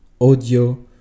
audio